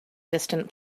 distant